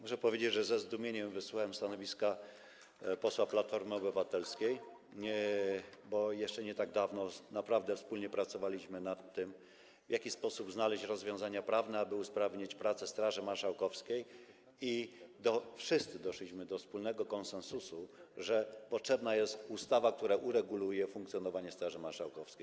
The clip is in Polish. Muszę powiedzieć, że ze zdumieniem wysłuchałem stanowiska posła Platformy Obywatelskiej, bo jeszcze nie tak dawno naprawdę wspólnie pracowaliśmy nad tym, w jaki sposób znaleźć rozwiązania prawne, aby usprawnić prace Straży Marszałkowskiej, i wszyscy doszliśmy do wspólnego konsensusu, że potrzebna jest ustawa, która ureguluje funkcjonowanie Straży Marszałkowskiej.